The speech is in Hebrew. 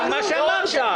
מה שאמרת.